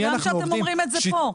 מצוין שאתם אומרים את זה פה.